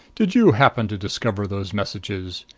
did you happen to discover those messages?